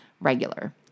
regular